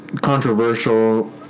controversial